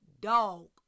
dog